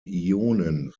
ionen